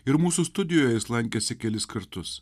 ir mūsų studijoj jis lankėsi kelis kartus